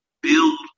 build